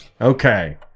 Okay